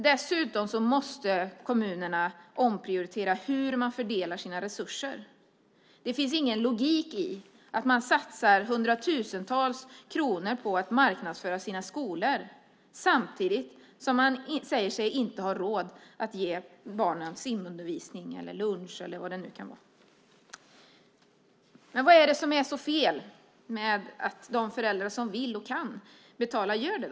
Dessutom måste kommunerna omprioritera hur man fördelar sina resurser. Det finns ingen logik i att man satsar hundratusentals kronor på att marknadsföra sina skolor samtidigt som man säger sig inte ha råd att ge barnen simundervisning, lunch eller vad det nu kan vara. Men vad är det då som är så fel med att de föräldrar som vill och kan betala gör det?